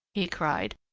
he cried.